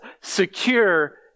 secure